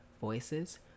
voices